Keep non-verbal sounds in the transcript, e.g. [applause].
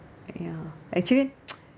ya actually [noise]